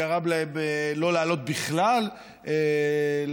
גרמה להם לא להעלות בכלל לסדר-היום,